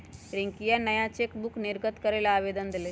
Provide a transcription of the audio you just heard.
रियंकवा नया चेकबुक निर्गत करे ला आवेदन देलय